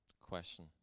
question